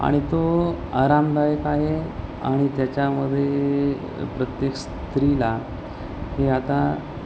आणि तो आरामदायक आहे आणि त्याच्यामध्ये प्रत्येक स्त्रीला हे आता